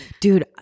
Dude